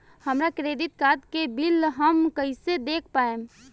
हमरा credit card के bill हम कइसे देख पाएम?